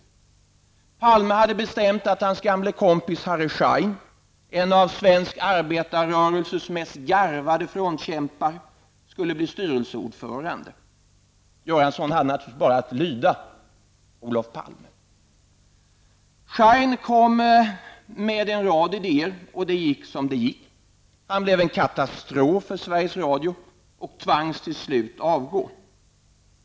Olof Palme hade bestämt att hans gamla kompis Harry Schein, en av svensk arbetarrörelses mest garvade frontkämpar, skulle bli styrelseordförande. Bengt Göransson hade naturligtvis bara att lyda Olof Palme. Harry Schein kom med en rad idéer, och det gick som det gick. Han blev en katastrof för Sveriges Radio och tvangs till slut avgå.